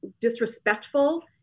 disrespectful